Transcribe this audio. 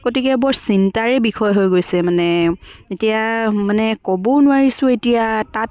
গতিকে বৰ চিন্তাৰে বিষয় হৈ গৈছে মানে এতিয়া মানে ক'বও নোৱাৰিছোঁ এতিয়া তাত